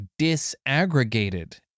disaggregated